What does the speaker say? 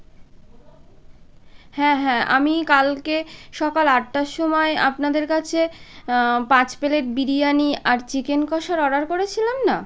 হ্যাঁ হ্যাঁ আমি কালকে সকাল আটটার সময় আপনাদের কাছে পাঁচ প্লেট বিরিয়ানি আর চিকেন কষার অর্ডার করেছিলাম না